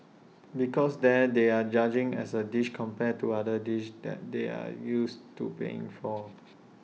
because there they're judging as A dish compared to other dishes that they're used to paying for